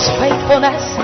faithfulness